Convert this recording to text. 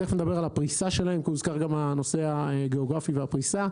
תכף נדבר על הפריסה שלהן כי הוזכר גם הנושא הגאוגרפי והפריסה.